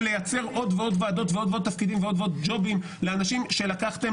לייצר עוד ועוד ועדות ועוד ועוד תפקידים וג'ובים לאנשים שלקחתם